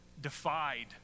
defied